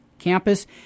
campus